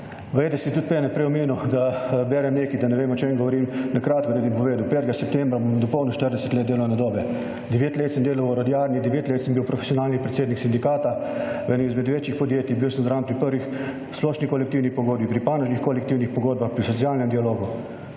državi. Tudi mene si prej omenil, da berem nekaj, da ne vem o čem govorim. Na kratko ti bom povedal, 5. septembra bom dopolnil 40 let delovne dobe. Devet let sem delal v orodjarni, devet let sem bil profesionalni predsednik sindikata v enem izmed večjih podjetij, bil sem zraven pri prvi splošni kolektivni pogodbi, pri panožnih kolektivnih pogodbah, pri socialnem dialogu.